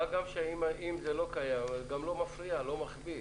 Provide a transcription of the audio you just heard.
מה גם שאם זה לא קיים אז גם לא מפריע, לא מכביד.